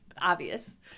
obvious